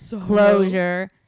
closure